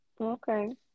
okay